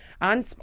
on